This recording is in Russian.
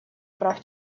прав